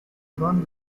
bundle